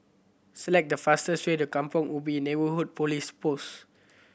select the fastest way to Kampong Ubi Neighbourhood Police Post